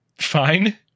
fine